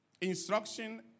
instruction